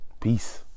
peace